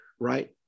Right